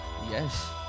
Yes